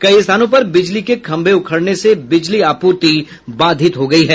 कई स्थानों पर बिजली के खंम्भे उखड़ने से बिजली आपूर्ति बाधित है